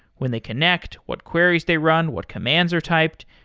when they connect, what queries they run, what commands are typed?